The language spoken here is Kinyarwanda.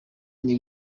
nti